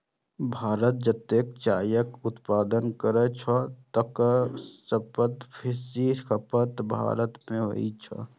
भारत जतेक चायक उत्पादन करै छै, तकर सत्तर फीसदी खपत भारते मे होइ छै